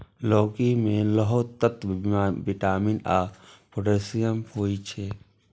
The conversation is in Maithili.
लौकी मे लौह तत्व, विटामिन आ पोटेशियम होइ छै